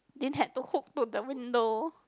didn't had to hook to the window